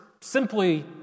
simply